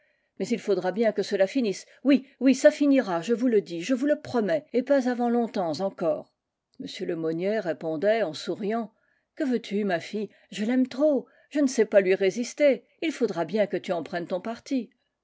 mais il faudra bien que cela finisse oui oui ça finira je vous le dis je vous le promets et pas avant longtemps encore m lemonnier répondait en souriant que veux-tu ma fille je l'aime trop je ne sais pas lui résister il faudra bien que tu en prennes ton parti